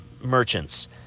merchants